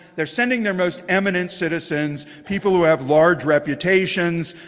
they're sending their most eminent citizens, people who have large reputations.